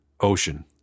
Ocean